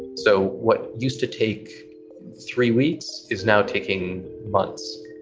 so what used to take three weeks is now taking months.